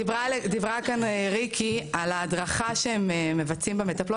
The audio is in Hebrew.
דיברה כאן ריקי על ההדרכה שהם מבצעים במטפלות,